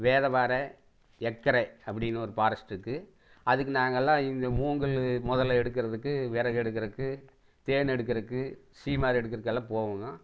வேதபாற எக்கறை அப்படினு ஒரு ஃபாரஸ்ட் இருக்குது அதுக்கு நாங்கள்லாம் இந்த மூங்கில் முதல்ல எடுக்கிறதுக்கு விறகு எடுக்கிறதுக்கு தேன் எடுக்கிறதுக்கு சீமாரு எடுக்கிறக்கெல்லாம் போவோங்க